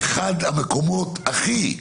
אחד המקומות הכי קשים,